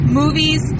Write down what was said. movies